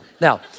Now